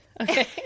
Okay